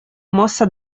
mossa